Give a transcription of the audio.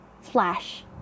flash